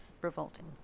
revolting